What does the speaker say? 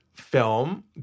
film